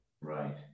Right